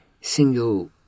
single